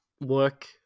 work